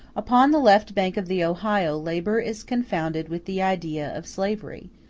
upon the left bank of the ohio labor is confounded with the idea of slavery,